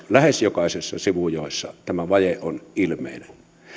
lähes jokaisessa sivujoessa tämä vaje on ilmeinen